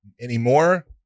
anymore